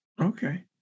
Okay